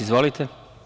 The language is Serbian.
Izvolite.